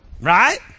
Right